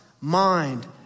mind